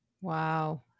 Wow